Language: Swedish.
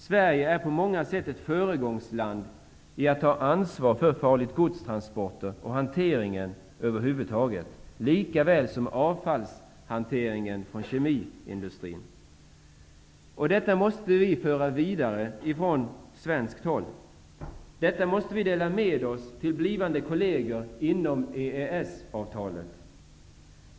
Sverige är på många sätt ett föregångsland i fråga om att ta ansvar för transporter av farligt gods och den hanteringen över huvud taget, likaväl som hanteringen av avfall från kemiindustrin. Detta måste vi från svenskt håll föra vidare. Detta måste vi dela med oss av till blivande kolleger inom EES.